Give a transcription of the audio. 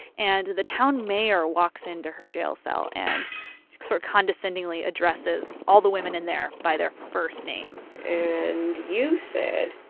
and the town mayor walks into her jail cell and sort condescendingly addresses all the women in there by their first names and you said.